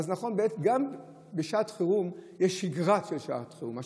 אז נכון שגם בעת שעת חירום יש שגרה של שעת חירום.